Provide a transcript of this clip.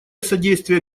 содействие